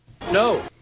No